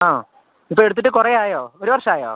ആ ഇപ്പോള് എടുത്തിട്ട് കുറെയായോ ഒരു വർഷമായോ